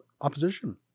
opposition